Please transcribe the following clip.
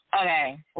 Okay